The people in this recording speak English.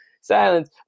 silence